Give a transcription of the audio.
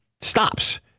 stops